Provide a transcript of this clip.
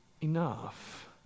enough